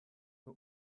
but